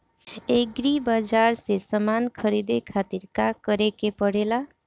Agri बाज़ार से समान ख़रीदे खातिर का करे के पड़ेला?